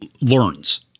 learns